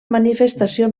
manifestació